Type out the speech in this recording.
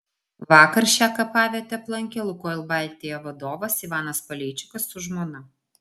vakar šią kapavietę aplankė lukoil baltija vadovas ivanas paleičikas su žmona